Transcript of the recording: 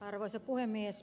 arvoisa puhemies